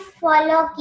follow